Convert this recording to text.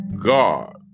God